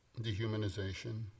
dehumanization